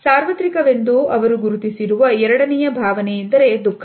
ಸಾರ್ವತ್ರಿಕವೆಂದು ಅವರು ಗುರುತಿಸಿರುವ ಎರಡನೆ ಭಾವನೆ ಎಂದರೆ ದುಃಖ